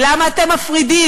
למה אתם מפרידים?